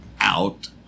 out